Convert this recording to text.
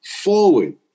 forward